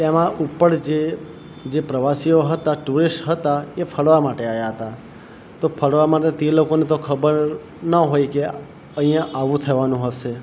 એમાં ઉપર જે જે પ્રવાસીઓ હતા ટુરિસ્ટ હતા એ ફરવા માટે આવ્યા હતા તો ફરવા માટે તે લોકોને ખબર ના હોય કે અહીંયા આવું થવાનું હશે